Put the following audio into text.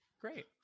Great